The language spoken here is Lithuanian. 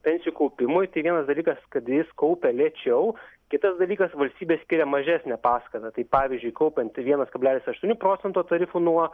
pensijų kaupimui tai vienas dalykas kad jis kaupia lėčiau kitas dalykas valstybė skiria mažesnę paskatą tai pavyzdžiui kaupiant vienas kablelis aštuonių procento tarifu nuo